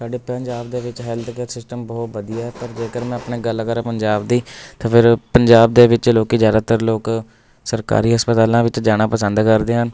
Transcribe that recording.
ਸਾਡੇ ਪੰਜਾਬ ਦੇ ਵਿੱਚ ਹੈਲਥ ਕੇਅਰ ਸਿਸਟਮ ਬਹੁਤ ਵਧੀਆ ਪਰ ਜੇਕਰ ਮੈਂ ਆਪਣੇ ਗੱਲ ਕਰਾਂ ਪੰਜਾਬ ਦੀ ਤਾਂ ਫਿਰ ਪੰਜਾਬ ਦੇ ਵਿੱਚ ਲੋਕ ਜ਼ਿਆਦਾਤਰ ਲੋਕ ਸਰਕਾਰੀ ਹਸਪਤਾਲਾਂ ਵਿੱਚ ਜਾਣਾ ਪਸੰਦ ਕਰਦੇ ਹਨ